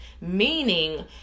meaning